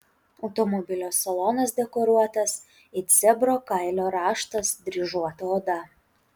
automobilio salonas dekoruotas it zebro kailio raštas dryžuota oda